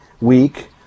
week